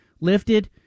lifted